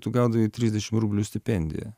tu gaudavai trisdešim rublių stipendiją